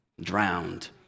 drowned